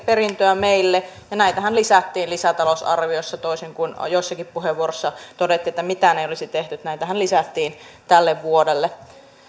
perintöä meille ja näitähän lisättiin lisätalousarviossa toisin kuin jossakin puheenvuorossa todettiin että mitään ei olisi tehty näitähän lisättiin tälle vuodelle